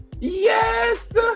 Yes